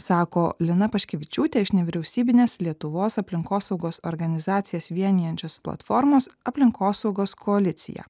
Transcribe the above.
sako lina paškevičiūtė iš nevyriausybinės lietuvos aplinkosaugos organizacijas vienijančios platformos aplinkosaugos koalicija